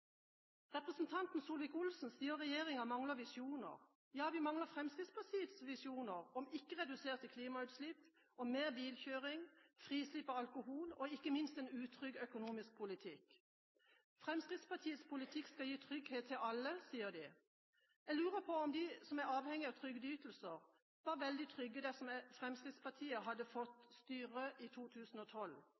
Representanten Solvik-Olsen sier regjeringa mangler visjoner. Ja, vi mangler Fremskrittspartiets visjoner om ikke reduserte klimautslipp, om mer bilkjøring, om frislipp av alkohol og ikke minst om en utrygg økonomisk politikk. Fremskrittspartiets politikk skal gi trygghet til alle, sier de. Jeg lurer på om de som er avhengig av trygdeytelser, ville vært veldig trygge dersom Fremskrittspartiet hadde fått styre i 2012.